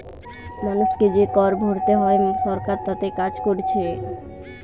মানুষকে যে কর ভোরতে হয় সরকার তাতে কাজ কোরছে